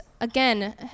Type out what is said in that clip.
again